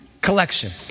collection